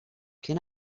can